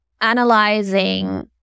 analyzing